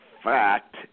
fact